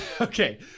okay